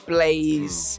Blaze